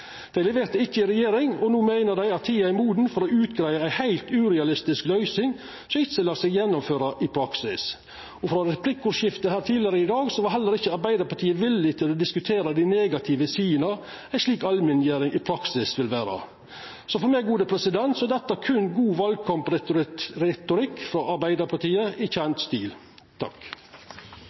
Dei leverte ikkje i regjering, og no meiner dei at tida er moden for å greia ut ei heilt urealistisk løysing, som ikkje lèt seg gjennomføra i praksis. Heller ikkje i eit replikkordskifte tidlegare i dag var Arbeidarpartiet villig til å diskutera dei negative sidene ei slik allmenngjering i praksis vil gje. For meg er dette berre god valkampretorikk frå Arbeidarpartiet – i kjent stil.